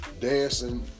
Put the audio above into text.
dancing